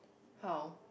how